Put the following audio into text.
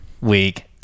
Week